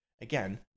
again